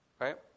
right